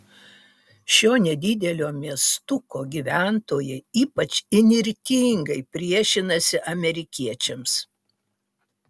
šio nedidelio miestuko gyventojai ypač įnirtingai priešinasi amerikiečiams